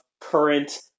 current